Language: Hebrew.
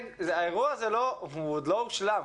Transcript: האירוע הזה עוד לא הושלם,